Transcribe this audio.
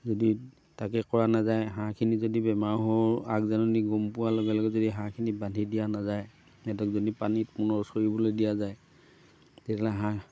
যদি তাকে কৰা নাযায় হাঁহখিনি যদি বেমাৰ হোৱা আগজাননী গম পোৱাৰ লগে লগে যদি হাঁহখিনি বান্ধি দিয়া নাযায় সিহঁতক যদি পানীত পুনৰ চৰিবলৈ দিয়া যায় তেতিয়াহ'লে হাঁহ